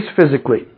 physically